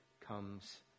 comes